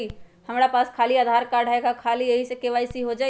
हमरा पास खाली आधार कार्ड है, का ख़ाली यही से के.वाई.सी हो जाइ?